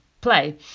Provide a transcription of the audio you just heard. play